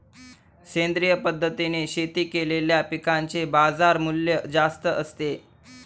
सेंद्रिय पद्धतीने शेती केलेल्या पिकांचे बाजारमूल्य जास्त असते